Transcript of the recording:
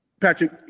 Patrick